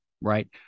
right